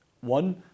One